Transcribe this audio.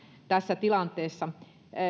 tässä tilanteessa